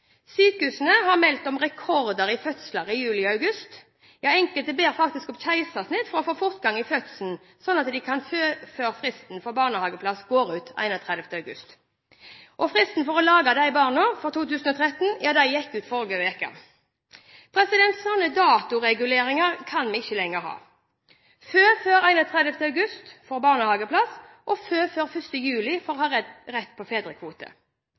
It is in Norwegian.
Sykehusene melder om rekordmange fødsler i juli og i august – enkelte ber faktisk om keisersnitt for å få fortgang i fødselen slik at de kan føde før fristen før barnehageplass går ut 31. august. Og fristen for å lage disse barna gikk ut i forrige uke! Slik datoregulering kan vi ikke lenger ha, som å måtte føde før 31. august for å få barnehageplass og å føde før 1. juli for å ha rett til fedrekvote.